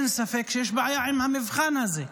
אין ספק שיש בעיה עם המבחן הזה,